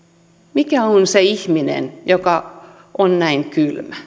mikä on se ihminen joka on näin kylmä